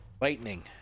Lightning